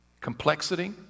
Complexity